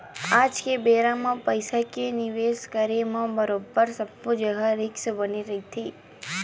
आज के बेरा म पइसा के निवेस करे म बरोबर सब्बो जघा रिस्क बने रहिथे